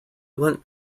lent